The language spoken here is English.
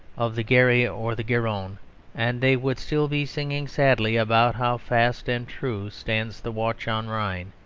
of the garry or the garonne and they would still be singing sadly about how fast and true stands the watch on rhine